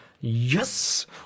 yes